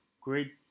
Great